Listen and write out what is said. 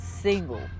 single